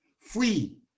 free